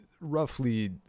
Roughly